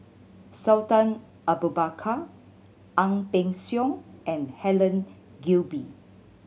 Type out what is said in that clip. Sultan Abu Bakar Ang Peng Siong and Helen Gilbey